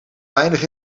weinig